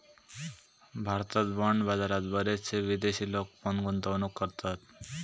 भारतात बाँड बाजारात बरेचशे विदेशी लोक पण गुंतवणूक करतत